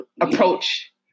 approach